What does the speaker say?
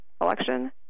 election